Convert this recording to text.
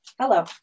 Hello